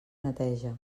neteja